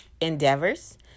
endeavors